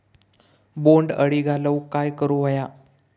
बोंड अळी घालवूक काय करू व्हया?